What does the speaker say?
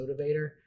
motivator